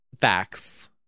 facts